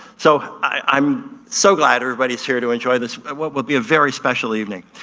so i'm so glad everybody's here to enjoy this, what will be a very special evening.